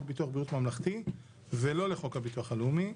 ביטוח בריאות ממלכתי ולא לחוק הביטוח הלאומי.